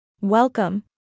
Welcome